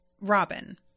Robin